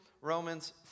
Romans